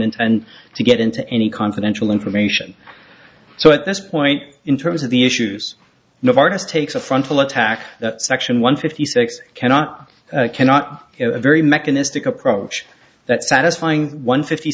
intend to get into any confidential information so at this point in terms of the issues novartis takes a frontal attack that section one fifty six cannot cannot a very mechanistic approach that satisfying one fifty